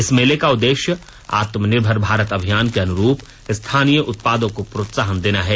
इस मेले का उद्देश्य आत्मनिर्भर भारत अभियान के अनुरूप स्थानीय उत्पादों को प्रोत्साहन देना है